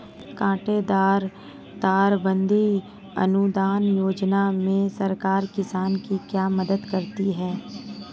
कांटेदार तार बंदी अनुदान योजना में सरकार किसान की क्या मदद करती है?